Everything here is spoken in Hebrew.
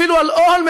אפילו על אולמרט